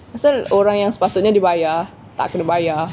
pasal orang yang sepatutnya dia bayar tak dibayar